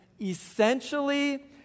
essentially